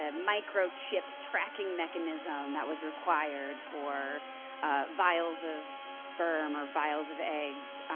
ah microchips tracking mechanism that was required for vials of sperm or vials of eggs,